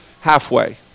halfway